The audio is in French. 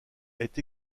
est